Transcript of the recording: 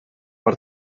per